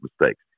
mistakes